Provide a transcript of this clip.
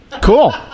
Cool